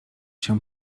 się